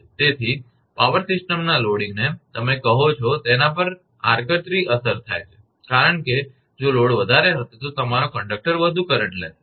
તેથી પાવર સિસ્ટમના લોડિંગને તમે કહો છો તેના માટે આડકતરી અસર છે કારણ કે જો લોડ વધારે હશે તો તમારો કંડક્ટર વધુ કરંટ લેશે